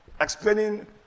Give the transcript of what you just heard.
explaining